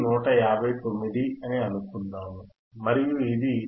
కాబట్టి ఇది 159 అని అనుకుందాం మరియు ఇది 1